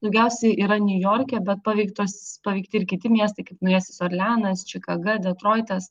daugiausiai yra niujorke bet paveiktos paveikti ir kiti miestai kaip naujasis orleanas čikaga detroitas